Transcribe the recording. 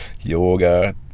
Yoga